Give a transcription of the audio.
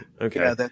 Okay